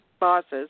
bosses